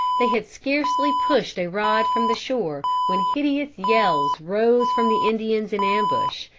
they had scarcely pushed a rod from the shore when hideous yells rose from the indians in ambush,